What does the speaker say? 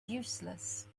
useless